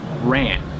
ran